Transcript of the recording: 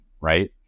right